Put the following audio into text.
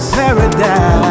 paradise